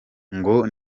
ngo